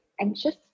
anxious